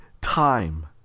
time